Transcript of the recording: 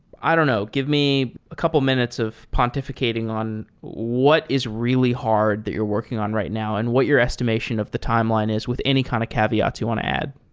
i don't know. give me a couple minutes of pontifi cating on what is really hard that you're working on right now and what your estimation of the timeline is with any kind of caveats you want to add.